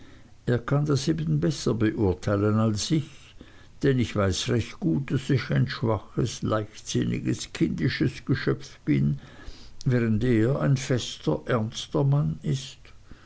er kann das eben besser beurteilen als ich denn ich weiß recht gut daß ich ein schwaches leichtsinniges kindisches geschöpf bin während er ein fester ernster mann ist